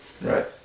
right